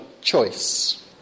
choice